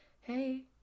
Hey